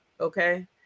okay